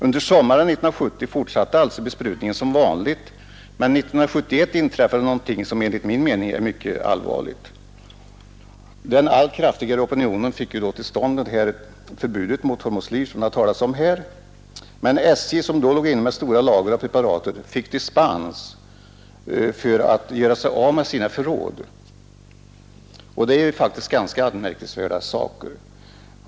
Under sommaren 1970 fortsatte alltså besprutningen som vanligt, men 1971 inträffade något enligt min mening mycket allvarligt. Den allt kraftigare opinionen fick ju till stånd det förbud mot buskbekämpning med hormoslyr, som det talats om här, men SJ som då låg inne med stora lager av preparatet fick dispens av giftnämnden för att göra sig av med sina förråd! Det är faktiskt anmärkningsvärda saker.